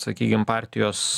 sakykim partijos